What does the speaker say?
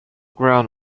ground